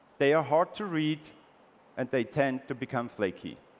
they are hard to read and they tend to become flakey.